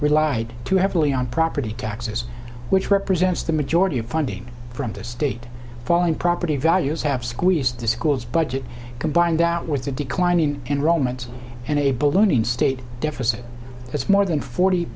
relied too heavily on property taxes which represents the majority of funding from the state falling property values have squeezed the school's budget combined out with a declining enrollment and a blooming state deficit that's more than forty